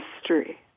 history